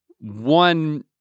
one